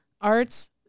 arts